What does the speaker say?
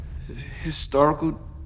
historical